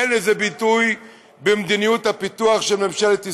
אין לזה ביטוי במדיניות הפיתוח של ממשלת ישראל.